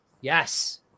yes